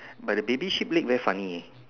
but the baby sheep leg very funny